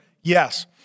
Yes